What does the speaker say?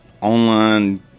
online